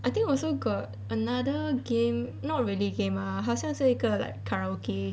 I think also got err another game not really game lah 好像是一个 like karaoke